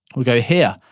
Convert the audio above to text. will go here,